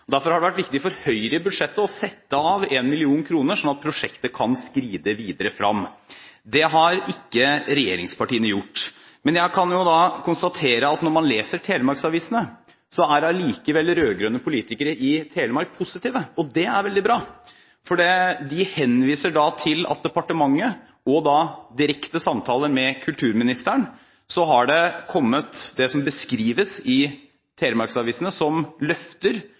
Derfor har det vært viktig for Høyre i budsjettet å sette av 1 mill. kr, slik at prosjektet kan skride videre fram. Det har ikke regjeringspartiene gjort. Men jeg kan konstatere at når man leser telemarksavisene, er likevel rød-grønne politikere i Telemark positive. Det er veldig bra. De henviser til at det fra departementet, etter direkte samtaler med kulturministeren, har kommet det som beskrives i telemarksavisene som løfter